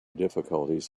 difficulties